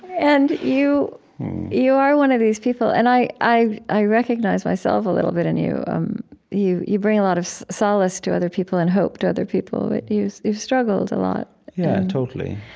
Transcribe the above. and you you are one of these people and i i recognize myself a little bit in you um you you bring a lot of solace to other people and hope to other people, but you've you've struggled a lot yeah, totally